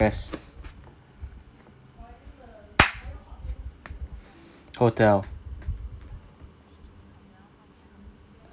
press hotel